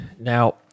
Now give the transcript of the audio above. Now